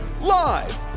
Live